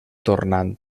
tornant